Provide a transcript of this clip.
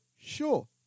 Sure